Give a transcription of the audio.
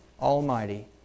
almighty